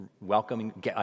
welcoming